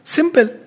Simple